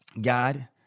God